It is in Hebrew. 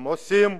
הם עושים,